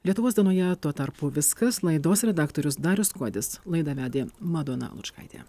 lietuvos dienoje tuo tarpu viskas laidos redaktorius darius kuodis laidą vedė madona lučkaitė